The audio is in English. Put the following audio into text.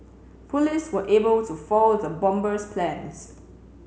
police were able to foil the bomber's plans